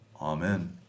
Amen